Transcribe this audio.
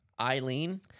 Eileen